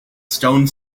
stone